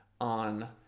on